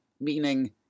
meaning